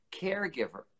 caregiver